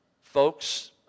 folks